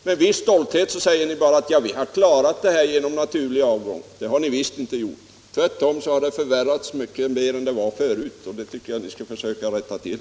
Med viss stolthet säger ni bara: Ja, vi har klarat det här genom naturlig avgång. Det har ni visst inte gjort. Tvärtom har situationen förvärrats mycket mer. Det tycker jag ni skall försöka rätta till.